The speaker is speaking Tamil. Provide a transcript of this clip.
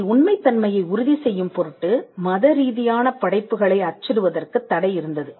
இதில் உண்மைத் தன்மையை உறுதி செய்யும்பொருட்டு மதரீதியான படைப்புகளை அச்சிடுவதற்குத் தடை இருந்தது